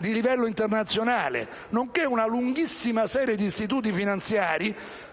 internazionale, nonché una lunghissima lista di istituti finanziari